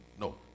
No